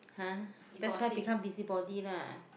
!huh! that's why become busy body lah